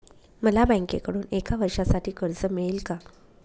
मला बँकेकडून एका वर्षासाठी कर्ज मिळेल का?